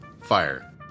fire